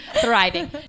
thriving